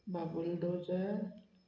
Babul dozer